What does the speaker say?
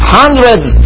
hundreds